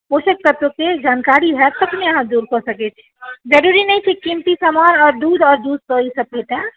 पोषक तत्वके जानकारी होयत तखने अहाँ दूर कऽ सकैत छियै जरूरी नहि छै कीमती समान आओर दूध आओर जूस से ई सब भेटै